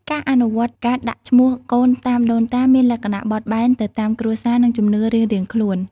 ការអនុវត្តការដាក់ឈ្មោះកូនតាមដូនតា មានលក្ខណៈបត់បែនទៅតាមគ្រួសារ និងជំនឿរៀងៗខ្លួន។